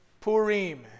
Purim